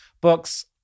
books